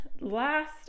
last